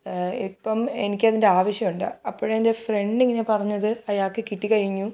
ഇപ്പം എനിക്കതിൻ്റെ ആവശ്യം ഉണ്ട് അപ്പോൾ എൻ്റെ ഫ്രണ്ടിങ്ങനെ പറഞ്ഞത് അയാൾക്ക് കിട്ടിക്കഴിഞ്ഞു